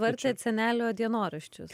verčiat senelio dienoraščius